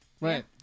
right